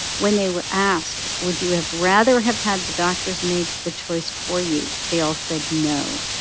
when they were asked, would you have rather have had the doctors make the choice for you, they all said no.